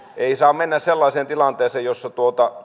ei saa mennä sellaiseen tilanteeseen jossa